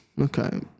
okay